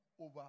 over